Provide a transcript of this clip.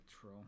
True